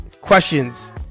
Questions